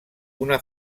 una